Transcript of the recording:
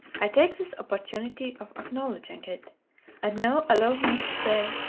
i take this opportunity of acknowledging it and now allow me to say,